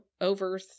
over